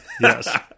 yes